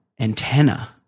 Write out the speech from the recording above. antenna